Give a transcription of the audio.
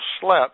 slept